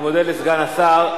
אני מודה לסגן השר.